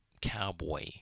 cowboy